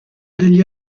degli